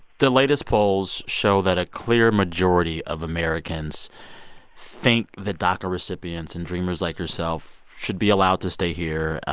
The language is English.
the latest polls show that a clear majority of americans think the daca recipients and dreamers, like yourself, should be allowed to stay here.